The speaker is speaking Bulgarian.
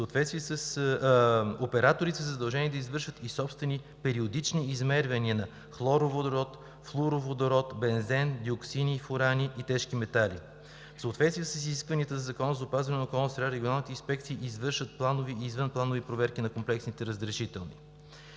Операторите са задължени да извършват и собствени периодични измервания за хлороводород и флуороводород, бензен, диоксини и фурани и тежки метали. В съответствие с изискванията на Закона за опазване на околната среда регионалните инспекции извършват планови и извънпланови проверки на комплексните разрешителни.